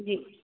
जी